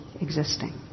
existing